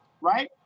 right